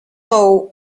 know